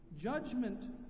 Judgment